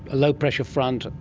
a low-pressure front, and